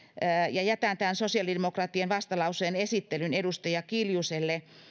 ja jätän tämän sosiaalidemokraattien vastalauseen esittelyn edustaja kiljuselle